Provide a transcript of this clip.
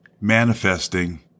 manifesting